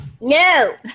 No